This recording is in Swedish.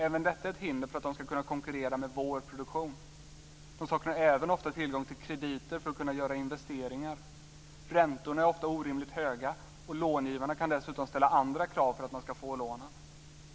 Även detta är ett hinder för att de ska kunna konkurrera med vår produktion. De saknar även ofta tillgång till krediter för att kunna göra investeringar. Räntorna är ofta orimligt höga, och långivarna kan dessutom ställa andra krav för att de ska få lånen.